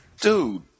dude